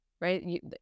right